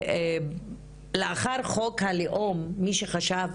מי שחשב